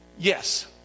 Yes